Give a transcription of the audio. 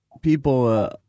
people—